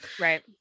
Right